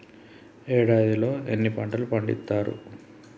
ఏడాదిలో ఎన్ని పంటలు పండిత్తరు?